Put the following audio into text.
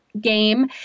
game